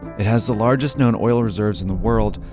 it has the largest known oil reserves in the world.